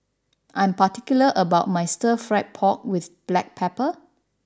I am particular about my Stir Fried Pork with Black Pepper